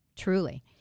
Truly